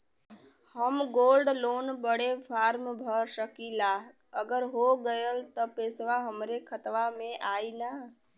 हम gold loan बड़े form भर सकी ला का अगर हो गैल त पेसवा हमरे खतवा में आई ना?